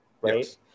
right